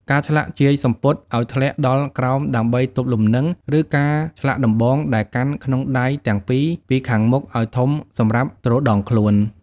ការឆ្លាក់ជាយសំពត់ឱ្យធ្លាក់ដល់ក្រោមដើម្បីទប់លំនឹង ឬការឆ្លាក់ដំបងដែលកាន់ក្នុងដៃទាំងពីរពីខាងមុខឱ្យធំសម្រាប់ទ្រដងខ្លួន។